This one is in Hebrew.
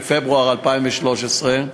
פברואר 2013,